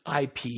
IP